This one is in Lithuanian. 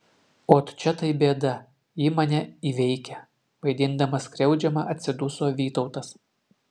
ot čia tai bėda ji mane įveikia vaidindamas skriaudžiamą atsiduso vytautas